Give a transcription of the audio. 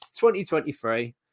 2023